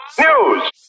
news